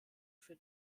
für